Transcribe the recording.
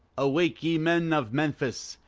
awake, ye men of memphis!